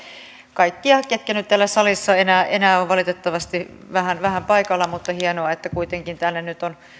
kaikkia ketkä nyt täällä salissa enää enää ovat valitettavasti on vähän paikalla mutta hienoa että kuitenkin tänne on